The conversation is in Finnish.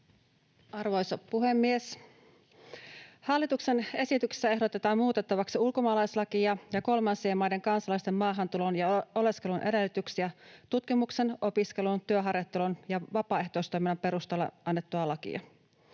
Section: 11 - Hallituksen esitys eduskunnalle laeiksi ulkomaalaislain sekä kolmansien maiden kansalaisten maahantulon ja oleskelun edellytyksistä tutkimuksen, opiskelun, työharjoittelun ja vapaaehtoistoiminnan perusteella annetun lain